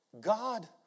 God